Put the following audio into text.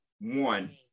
one